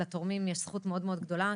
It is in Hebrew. לתורמים יש זכות מאוד-מאוד גדולה,